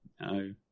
No